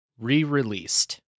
re-released